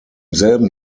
selben